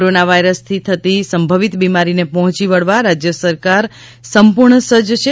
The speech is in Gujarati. કોરોના વાયરસથી થતી સંભવિત બીમારીને પહોંચી વળવા રાજ્ય સરકાર સંપૂર્ણ સજ્જ છે